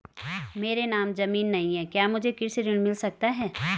मेरे नाम ज़मीन नहीं है क्या मुझे कृषि ऋण मिल सकता है?